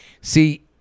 See